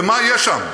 ומה יהיה שם?